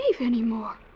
anymore